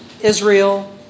Israel